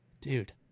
dude